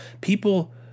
people